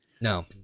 No